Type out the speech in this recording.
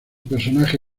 personaje